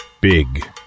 Big